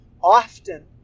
often